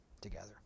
together